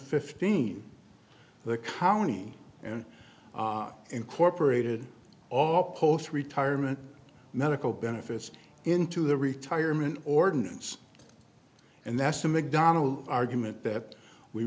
fifteen the county and incorporated all post retirement medical benefits into the retirement ordinance and that's the mcdonnell argument that we